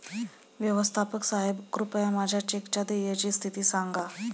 व्यवस्थापक साहेब कृपया माझ्या चेकच्या देयची स्थिती सांगा